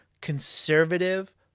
conservative